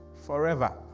forever